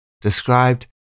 described